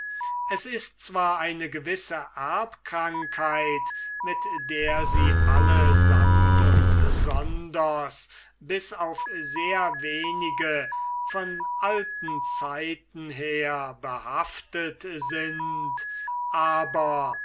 es ist zwar eine gewisse erbkrankheit mit der sie alle samt und sonders bis auf sehr wenige von alten zeiten her behaftet sind aber